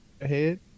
ahead